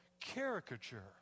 caricature